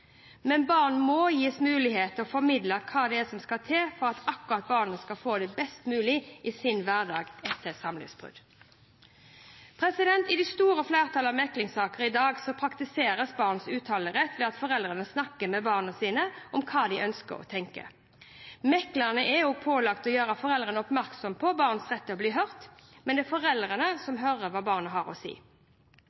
men barn må gis mulighet til å formidle hva som skal til for at akkurat det barnet skal få det best mulig i sin hverdag etter et samlivsbrudd. I det store flertallet av meklingssaker i dag praktiseres barns uttalerett ved at foreldrene snakker med barna sine om hva de ønsker og tenker. Mekleren er pålagt å gjøre foreldrene oppmerksom på barns rett til å bli hørt, men det er foreldrene som hører hva barna har å si.